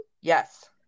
Yes